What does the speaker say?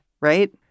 right